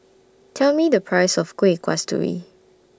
Tell Me The Price of Kuih Kasturi